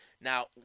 now